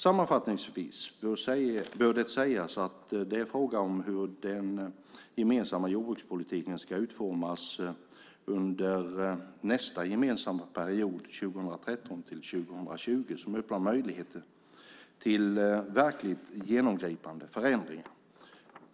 Sammanfattningsvis bör det sägas att det är frågan om hur den gemensamma jordbrukspolitiken ska utformas under nästa gemensamma period 2013 till 2020 som öppnar möjligheter till verkligt genomgripande förändringar.